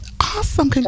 Awesome